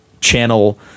channel